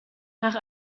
nach